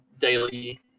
daily